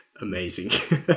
amazing